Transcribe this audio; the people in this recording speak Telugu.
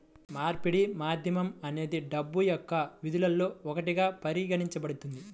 మార్పిడి మాధ్యమం అనేది డబ్బు యొక్క విధుల్లో ఒకటిగా పరిగణించబడుతుంది